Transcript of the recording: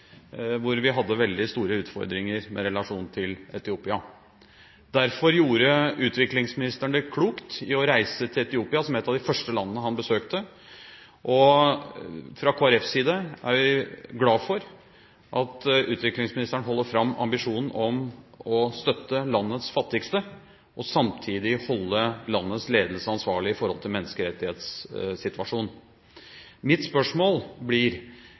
hvor vi hadde veldig store utfordringer med relasjonen til Etiopia. Derfor gjorde utviklingsministeren det klokt i å reise til Etiopia som et av de første landene han besøkte. Fra Kristelig Folkepartis side er vi glad for at utviklingsministeren holder fram ambisjonen om å støtte landets fattigste, og samtidig vil holde landets ledelse ansvarlig for menneskerettighetssituasjonen. Mitt spørsmål blir: